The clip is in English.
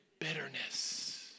bitterness